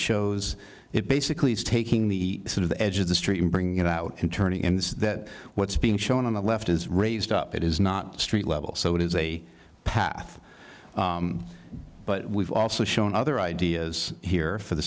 shows it basically is taking the sort of the edge of the street and bringing it out and turning in this is that what's being shown on the left is raised up it is not street level so it is a path but we've also shown other ideas here for the